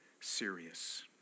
serious